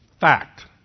Fact